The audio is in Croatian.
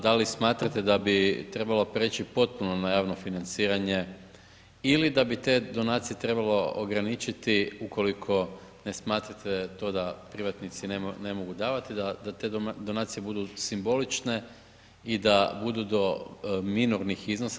Da li smatrate da bi trebalo preći potpuno na javno financiranje ili da bi te donacije trebalo ograničiti ukoliko ne smatrate to da privatnici ne mogu davati da te donacije budu simbolične i da budu do minornih iznosa?